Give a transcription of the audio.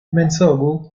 mensogu